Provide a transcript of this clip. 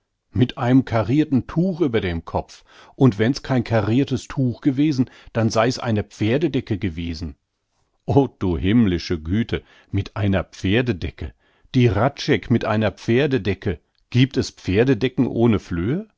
mit einem karrirten tuch über dem kopf und wenn's kein karrirtes tuch gewesen dann sei's eine pferdedecke gewesen o du himmlische güte mit einer pferdedecke die hradscheck mit einer pferdedecke giebt es pferdedecken ohne flöhe